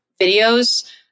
videos